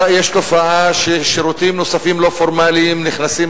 יש תופעה ששירותים נוספים לא פורמליים נכנסים